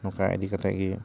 ᱱᱚᱠᱟ ᱤᱫᱤ ᱠᱟᱛᱮ ᱜᱮ